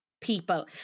people